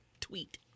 tweet